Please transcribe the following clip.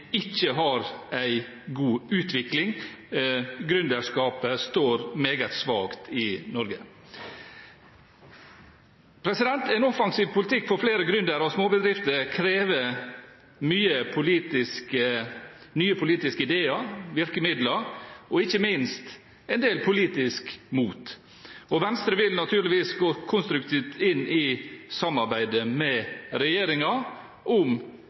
ikke har en god utvikling – gründerskapet står meget svakt i Norge. En offensiv politikk for flere gründere og småbedrifter krever nye politiske ideer og virkemidler og ikke minst en del politisk mot. Venstre vil naturligvis gå konstruktivt inn i samarbeidet med regjeringen om